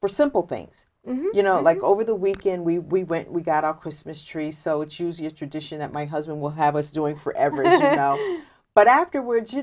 for simple things you know like over the weekend we went we got our christmas tree so choose your tradition that my husband will have was doing forever but afterwards you